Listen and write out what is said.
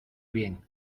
bien